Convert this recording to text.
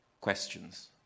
questions